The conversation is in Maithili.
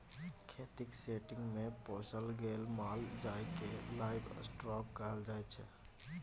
खेतीक सेटिंग्स मे पोसल गेल माल जाल केँ लाइव स्टाँक कहल जाइ छै